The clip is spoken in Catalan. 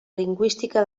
lingüística